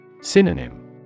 Synonym